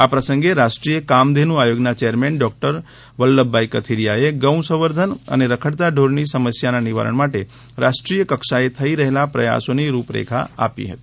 આ પ્રસંગે રાષ્ટ્રીય કામઘેનુ આયોગના ચેરમેન ડોક્ટર વલ્લભભાઈ કથિરીયાએ ગૌ સંવર્ધન અને રખડતાં ઢોરની સમસ્યાના નિવારણ માટે રાષ્ટ્રીય કક્ષાએ થઈ રહેલા પ્રયાસોની રૂપરેખા આપી હતી